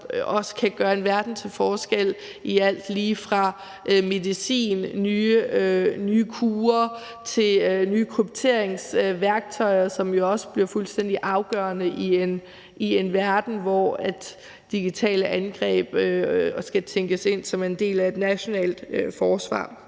som også kan gøre en verden til forskel i alt lige fra medicin og nye kure til nye krypteringsværktøjer, som jo også bliver fuldstændig afgørende i en verden, hvor digitale angreb skal tænkes ind som en del af et nationalt forsvar.